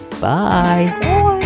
Bye